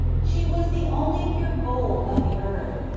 she was the only pure gold of the earth.